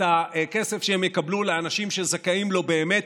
הכסף שהם יקבלו לאנשים שזכאים לו באמת,